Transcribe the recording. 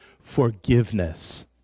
forgiveness